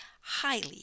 highly